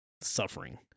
suffering